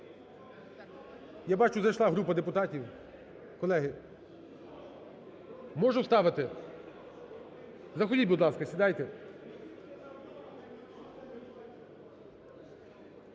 я бачу, зайшла група депутатів. Колеги, можу ставити? Заходіть, будь ласка, сідайте.